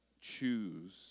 choose